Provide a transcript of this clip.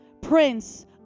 Prince